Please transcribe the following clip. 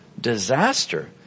Disaster